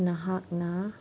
ꯅꯍꯥꯛꯅ